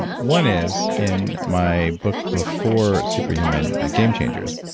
one is, in my book before super human, game changers,